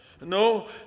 No